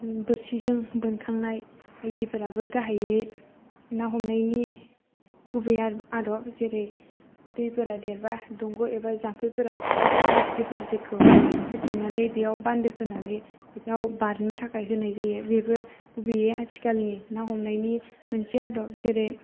बोरसिजों बोनखांनाय बायदिफोराबो गाहायै ना हमनायनि गुबै आदब जेरै दैफोरा देरबा दंग' एबा जाम्फैफोराव मुस्रिजोफोरखौ होथेनानै बेव बान्दो खोनानै बेखौ बारनो थाखाय होन्नाय जायो बेबो गुबैयै आथिखालनि ना हमनायनि मोनसे आदब जेरै